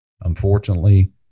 Unfortunately